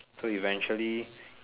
so eventually